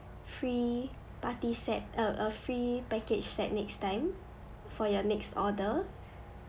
free party set uh uh free package set next time for your next order